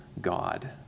God